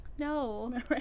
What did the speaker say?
No